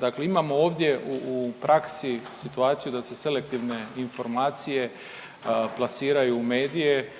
dakle imamo ovdje u praksi situaciju da se selektivne informacije plasiraju u medije,